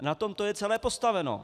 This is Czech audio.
Na tom to je celé postaveno.